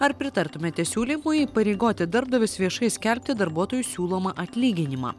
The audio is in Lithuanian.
ar pritartumėte siūlymui įpareigoti darbdavius viešai skelbti darbuotojų siūlomą atlyginimą